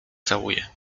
całuje